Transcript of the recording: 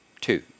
two